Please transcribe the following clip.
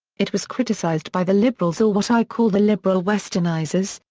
it was criticized by the liberals or what i call the liberal westernizers,